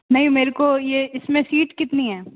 नहीं मेरको ये इसमें सीट कितनी हैं